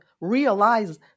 realize